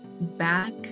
back